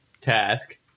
task